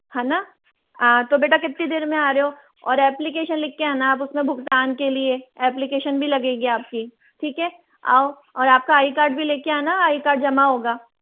है ना हाँ तो बेटा कितनी देर में आ रहे हो और ऐप्लिकेशन लिख के आना आप उसमें भुगतान के लिए एप्लिकेशन भी लगेगी आपकी ठीक है आओ और आपका आइ कार्ड भी लेके आना आइ कार्ड जमा होगा